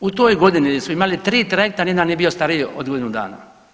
U toj godini su imali tri trajekta nijedan nije bio stariji od godinu dana.